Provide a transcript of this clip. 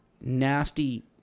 nasty